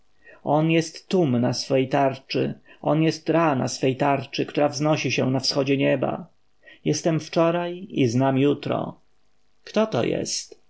on jest tum na swej tarczy on jest ra na swej tarczy która wznosi się na wschodzie nieba jestem wczoraj i znam jutro kto to jest